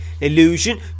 illusion